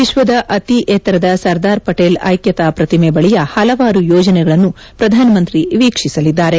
ವಿಶ್ವದ ಅತಿ ಎತ್ತರದ ಸರ್ದಾರ್ ಪಟೇಲ್ ಐಕ್ಯತಾ ಪ್ರತಿಮೆ ಬಳಿಯ ಹಲವಾರು ಯೋಜನೆಗಳನ್ನು ಪ್ರಧಾನಮಂತ್ರಿ ವೀಕ್ಷಿಸಲಿದ್ದಾರೆ